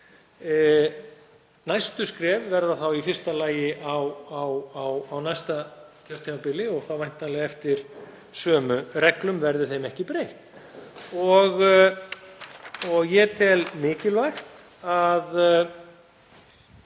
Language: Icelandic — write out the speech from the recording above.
Næstu skref verða þá í fyrsta lagi á næsta kjörtímabili og þá væntanlega eftir sömu reglum, verði þeim ekki breytt. Ég tel mikilvægt að